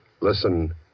Listen